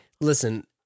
Listen